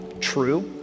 True